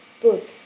book